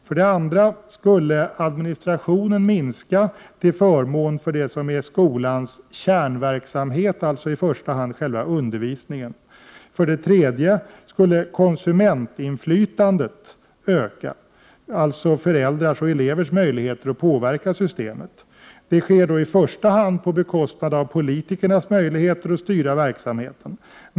För det andra skulle administrationen minska till förmån för det som är skolans kärnverksamhet, dvs. i första hand själva undervisningen. För det tredje skulle konsumentinflytandet öka, dvs. föräldrars och elevers möjligheter att påverka systemet, vilket i första hand sker på bekostnad av politikernas möjligheter att styra verksamheten.